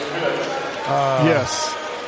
Yes